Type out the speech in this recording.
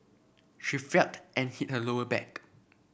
she felt and hit her lower back